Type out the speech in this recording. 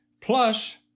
Plus